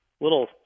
little